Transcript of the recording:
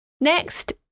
Next